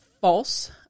false